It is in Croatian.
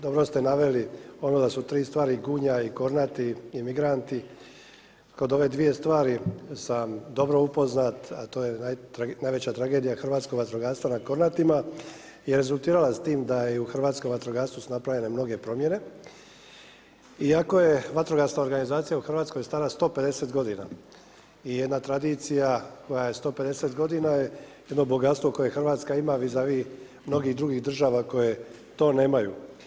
Dobro ste naveli ono da su tri stvari Gunja i Kornati i migranti, kod ove dvije stvari sam dobro upoznat, a to je najveća tragedija hrvatskog vatrogastva na Kornatima je rezultirala s tim da je hrvatskom vatrogastvu su napravljene mnoge promjene iako je vatrogasna organizacija u Hrvatskoj stara 150 godina i jedna tradicija koja je 150 godina je jedno bogatstvo koje Hrvatska ima vis a vis mnogih drugih država koje to nemaju.